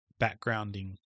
backgrounding